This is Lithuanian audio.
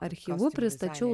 archyvu pristačiau